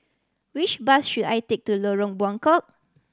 which bus should I take to Lorong Buangkok